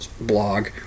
blog